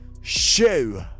Shoe